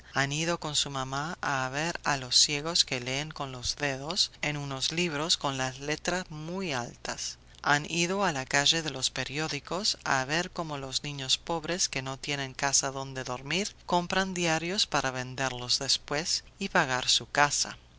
han ido con su mamá a ver a los ciegos que leen con los dedos en unos libros con las letras muy altas han ido a la calle de los periódicos a ver como los niños pobres que no tienen casa donde dormir compran diarios para venderlos después y pagar su casa